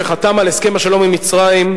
שחתם על הסכם השלום עם מצרים,